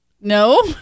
No